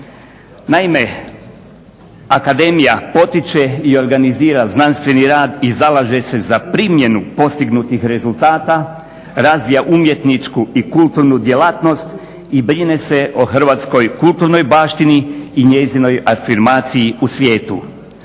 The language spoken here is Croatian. Naime, akademija potiče i organizira znanstveni rad i zalaže se za primjenu postignutih rezultata, razvija umjetničku i kulturnu djelatnost i brine se o hrvatskoj kulturnoj baštini i njezinoj afirmaciji u svijetu.